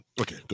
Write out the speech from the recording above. Okay